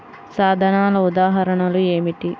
సాధనాల ఉదాహరణలు ఏమిటీ?